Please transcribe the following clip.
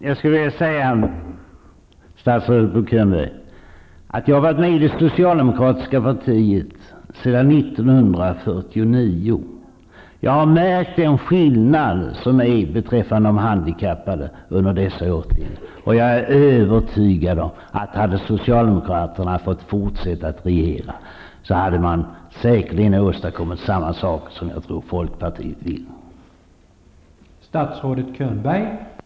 Herr talman! Jag har, Bo Könberg, varit med i det socialdemokratiska partiet sedan 1949, och jag har under tiden sedan dess märkt en skillnad i fråga om inställningen till de handikappade. Jag är övertygad om, att hade socialdemokraterna fått fortsätta att regera, hade de säkerligen åstadkommit detsamma som jag tror folkpartiet eftersträvar.